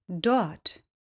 dort